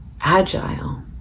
agile